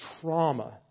trauma